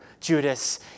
Judas